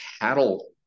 cattle